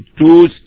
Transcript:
two